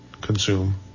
consume